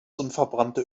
unverbrannte